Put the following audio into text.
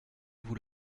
vous